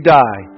die